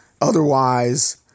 otherwise